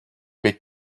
bet